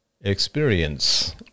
experience